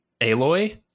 Aloy